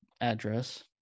address